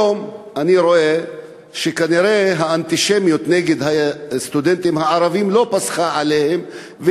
היום אני רואה שכנראה האנטישמיות נגד הסטודנטים הערבים לא פסחה עליהם,